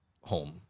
home